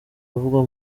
uvugwa